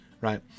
right